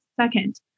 second